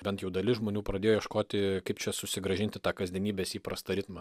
bent jau dalis žmonių pradėjo ieškoti kaip čia susigrąžinti tą kasdienybės įprastą ritmą